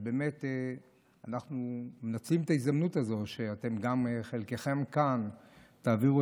אז אנחנו מנצלים את ההזדמנות הזאת שחלקכם כאן ותעבירו